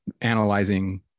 analyzing